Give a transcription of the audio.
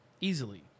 Easily